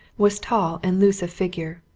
was tall and loose of figure,